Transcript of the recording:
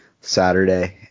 saturday